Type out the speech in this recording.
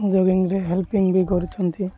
ଜଗିଙ୍ଗରେ helping ବି କରୁଛନ୍ତି